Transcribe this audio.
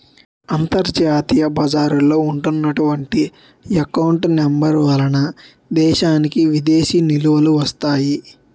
అంతర్జాతీయ బజారులో ఉన్నటువంటి ఎకౌంట్ నెంబర్ వలన దేశానికి విదేశీ నిలువలు వస్తాయి